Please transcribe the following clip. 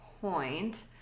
point